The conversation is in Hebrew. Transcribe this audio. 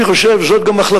אני חושב, זאת גם החלטתו